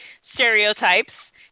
stereotypes